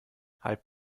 halb